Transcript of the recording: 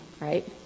right